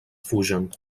fugen